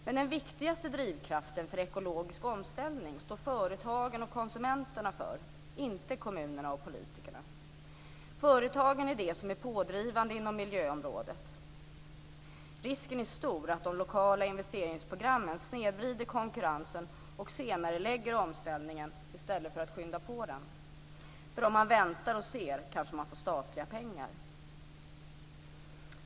Men den viktigaste drivkraften för ekologisk omställning står företagen och konsumenterna för, inte kommunerna och politikerna. Företagen är de som är pådrivande inom miljöområdet. Risken är stor att de lokala investeringsprogrammen snedvrider konkurrensen och senarelägger omställningen i stället för att skynda på den, för om man väntar och ser kanske man får statliga pengar.